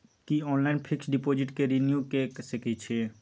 की online fix deposit के renew के सकै छी?